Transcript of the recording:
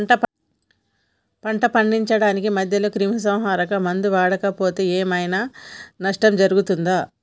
పంట పండించడానికి మధ్యలో క్రిమిసంహరక మందులు వాడకపోతే ఏం ఐనా నష్టం జరుగుతదా?